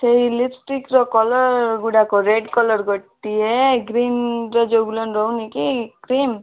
ସେଇ ଲିପଷ୍ଟିକ୍ର କଲର୍ ଗୁଡ଼ାକ ରେଡ଼୍ କଲର୍ ଗୋଟିଏ ଗ୍ରୀନ୍ରେ ଯେଉଁ ଗୁଡ଼ାକ ରହୁନି କି କ୍ରିମ୍